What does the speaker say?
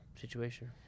situation